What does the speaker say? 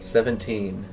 Seventeen